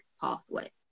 pathway